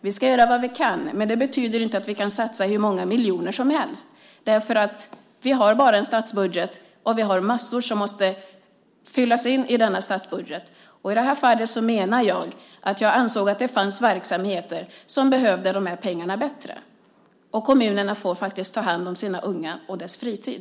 Vi ska göra vad vi kan. Men det betyder inte att vi kan satsa hur många miljoner som helst. Vi har bara en statsbudget, och det finns massor som ska få plats i denna statsbudget. I det här fallet ansåg jag att det fanns verksamheter som behövde pengarna bättre. Kommunerna får faktiskt ta hand om sina unga och deras fritid.